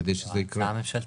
כדי שזה יקרה.